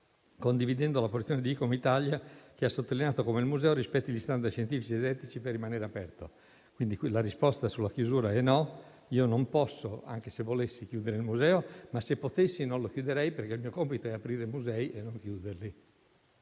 condividendo la porzione di ICOM Italia che ha sottolineato come il museo rispetti gli *standard* scientifici e didattici per rimanere aperto. Pertanto, la risposta sulla chiusura è negativa. Anche se volessi, io non posso chiudere il museo. Ma, se potessi, non lo farei perché il mio compito è aprire musei e non chiuderli.